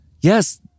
yes